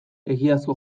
egiazko